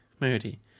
Moody